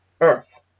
Earth